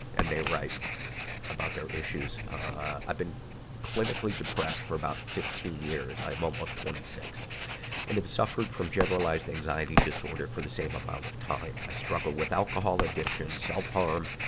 and they write about their issues, ah, i've been clinically depressed for about fifteen years i'm almost twenty six and have and suffered from generalized anxiety disorder for the same amount of time. i struggle with alcohol addictions, self-harm,